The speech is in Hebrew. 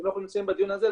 ואם אנחנו נמצאים בדיון הזה,